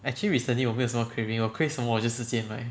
actually recently 我没有什么 craving 我 crave 什么我就直接买